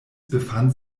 befand